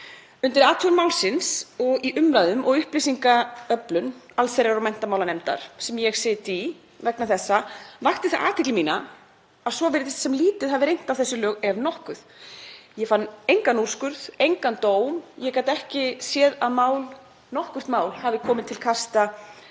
Við athugun málsins, í umræðum og upplýsingaöflun allsherjar- og menntamálanefndar sem ég sit í vegna þessa, vakti það athygli mína að svo virðist sem lítið hafi reynt á þessi lög ef nokkuð. Ég fann engan úrskurð, engan dóm. Ég gat ekki séð að nokkurt mál hafi komið til kasta